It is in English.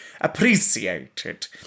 appreciated